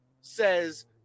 says